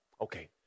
Okay